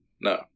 No